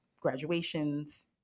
graduations